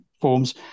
forms